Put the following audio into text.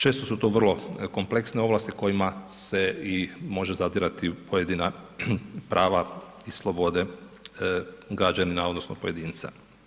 Često su to vrlo kompleksne ovlasti kojima se i može zadirati i u pojedina prava i slobode građanina odnosno pojedinca.